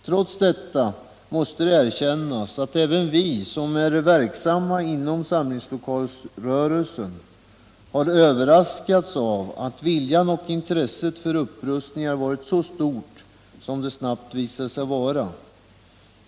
Trots detta måste det erkännas att även vi, som är verksamma inom samlingslokalrörelsen, har överraskats av att viljan till och intresset för upprustningar varit så stort som det snabbt visade sig vara.